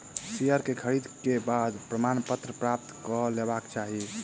share के खरीद के बाद प्रमाणपत्र प्राप्त कय लेबाक चाही